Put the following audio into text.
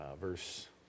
Verse